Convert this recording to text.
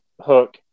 Hook